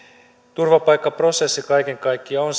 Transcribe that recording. turvapaikkaprosessi kaiken kaikkiaan on